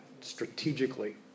strategically